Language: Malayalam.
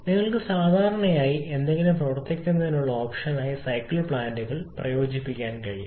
നിങ്ങൾക്ക് സാധാരണയായി ഏതെങ്കിലും പ്രവർത്തിപ്പിക്കുന്നതിനുള്ള ഓപ്ഷനായി സൈക്കിൾ പ്ലാന്റുകൾ സംയോജിപ്പിക്കാൻ കഴിയും